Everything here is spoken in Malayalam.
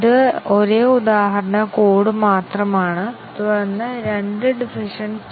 ടെസ്റ്റ് കേസുകളുടെ എണ്ണം ബേസിക് വ്യവസ്ഥകളിൽ ലീനിയർ ആണ്